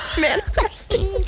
Manifesting